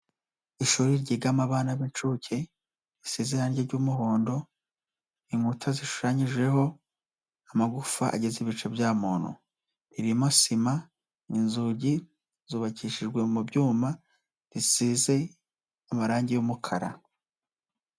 Ishuri ryigamo abana b'inshuke, risize inage ry'umuhondo, inkuta zishushanyijeho amagufa agize ibice bya muntu, irimo sima, inzugi zubakishijwe mu byuma bisize amarangi y'umukara.